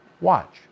Watch